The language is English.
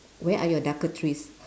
where are your darker trees